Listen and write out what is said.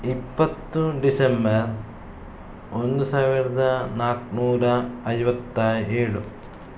ಇಪ್ಪತ್ತು ಡಿಸೆಂಬರ್ ಒಂದು ಸಾವಿರದ ನಾಲ್ಕುನೂರ ಐವತ್ತ ಏಳು